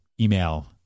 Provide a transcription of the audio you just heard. email